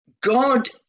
God